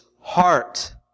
heart